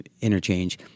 interchange